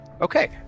Okay